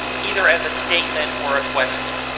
either as a statement or a question.